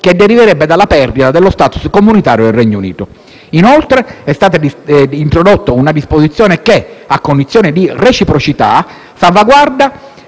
che deriverebbe dalla perdita dello *status* comunitario al secondo Paese. È stata inoltre introdotta una disposizione che, a condizione di reciprocità, salvaguarda